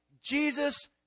jesus